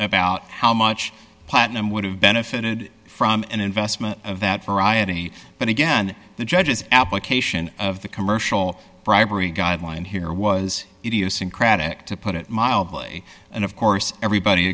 about how much platinum would have benefited from an investment of that variety but again the judge's application of the commercial bribery guideline here was idiosyncratic to put it mildly and of course everybody